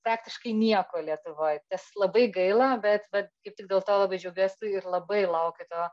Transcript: praktiškai nieko lietuvoj tas labai gaila bet vat kaip tik dėl to labai džiugiuosi ir labai laukiu to